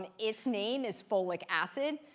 and its name is folic acid.